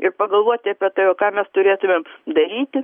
ir pagalvoti apie tai o ką mes turėtumėm daryti